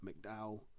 McDowell